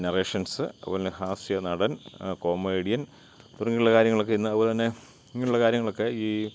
narrations അതുപോലന്നെ ഹാസ്യ നടൻ കോമേഡിയൻ തുടങ്ങിയുള്ള കാര്യങ്ങളൊക്കെ ഇന്ന് അതുപോലെതന്നെ ഇങ്ങനുള്ള കാര്യങ്ങളൊക്കെ ഈ